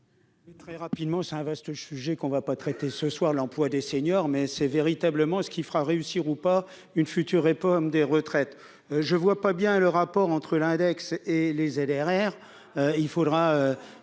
Très rapidement, c'est un vaste sujet qu'on ne va pas traiter ce soir, l'emploi des seniors mais c'est véritablement ce qui fera réussir ou pas une future et pommes des retraites, je vois pas bien le rapport entre l'index et les ZRR,